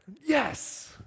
Yes